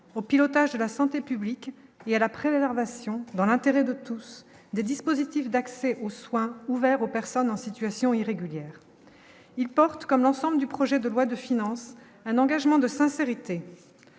au pilotage de la santé publique et à la préservation, dans l'intérêt de tous, des dispositifs d'accès aux soins, ouvert aux personnes en situation irrégulière, il porte comme l'ensemble du projet de loi de finances, un engagement de sincérité